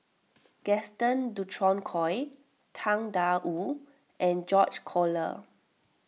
Gaston Dutronquoy Tang Da Wu and George Collyer